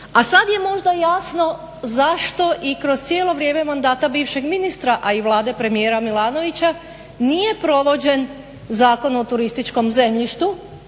A sad je možda jasno zašto i kroz cijelo vrijeme mandata bivšeg ministra, a i Vlade premijera Milanovića nije provođen Zakon o turističkom zemljištu